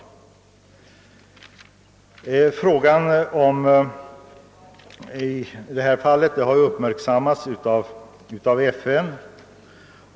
Frågan har uppmärksammats av FN.